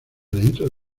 dentro